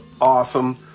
awesome